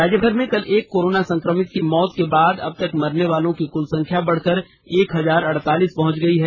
राज्यभर में कल एक कोरोना संक्रमित की मौत के बाद अब तक मरनेवालों की कुल संख्या बढ़कर एक हजार अड़तालीस पहुंच गई है